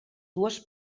dues